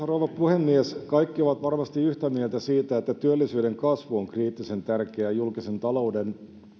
rouva puhemies kaikki ovat varmasti yhtä mieltä siitä että työllisyyden kasvu on kriittisen tärkeää julkisen talouden